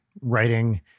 writing